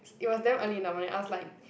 it was damn early in the morning I was like